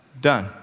done